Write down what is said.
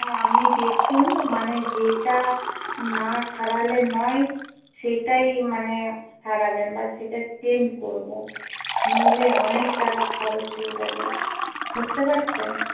ও আপনি দেখুন মানে যেটা না সারালে নয় সেটাই মানে সারাবেন বা সেটা চেঞ্জ করব নইলে অনেক টাকা খরচ হয়ে যাবে বুঝতে পারছেন